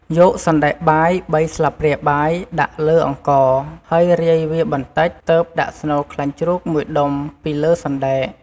យកសណ្ដែកបាយ ៣ស្លាបព្រាបាយ ដាក់លើអង្ករ ហើយរាយវាបន្តិច ទើបដាក់ស្នូលខ្លាញ់ជ្រូក ១ដុំ ពីលើសណ្ដែក។